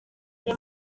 iri